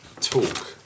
talk